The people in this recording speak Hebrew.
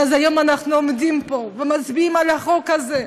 והיום אנחנו עומדים פה ומצביעים על החוק הזה,